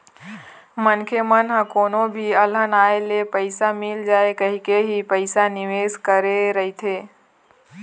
मनखे मन ह कोनो भी अलहन आए ले पइसा मिल जाए कहिके ही पइसा निवेस करे रहिथे